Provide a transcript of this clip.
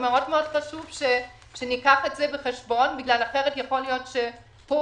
חשוב מאוד שניקח את זה בחשבון כי יכול להיות שפה